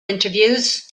interviews